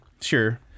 Sure